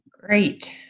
Great